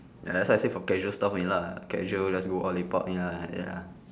ya lah that's why I say for casual stuff only lah casual just go out lepak only ya